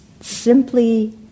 simply